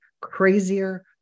crazier